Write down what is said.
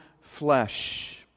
flesh